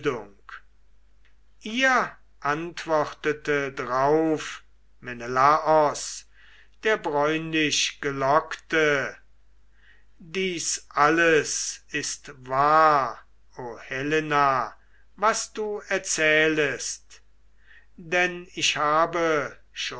ihr antwortete drauf menelaos der bräunlichgelockte dieses alles ist wahr o helena was du erzähltest denn ich habe